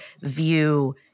view